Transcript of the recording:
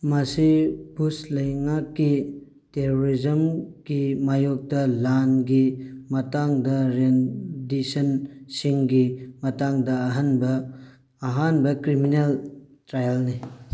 ꯃꯁꯤ ꯕꯨꯁ ꯂꯩꯉꯥꯛꯀꯤ ꯇꯦꯔꯣꯔꯤꯖꯝꯒꯤ ꯃꯥꯏꯌꯣꯛꯇ ꯂꯥꯟꯒꯤ ꯃꯇꯥꯡꯗ ꯔꯦꯟꯗꯤꯁꯟ ꯁꯤꯡꯒꯤ ꯃꯇꯥꯡꯗ ꯑꯍꯟꯕ ꯑꯍꯥꯟꯕ ꯀ꯭ꯔꯤꯃꯤꯅꯦꯜ ꯇ꯭ꯔꯥꯌꯦꯜꯅꯤ